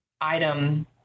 item